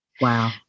Wow